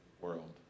world